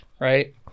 Right